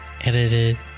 edited